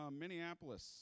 Minneapolis